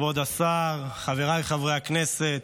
כבוד השר, חבריי חברי הכנסת,